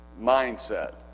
mindset